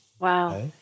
Wow